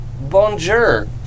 Bonjour